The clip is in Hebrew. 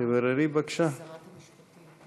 שרת המשפטים?